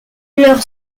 leur